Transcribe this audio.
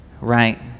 right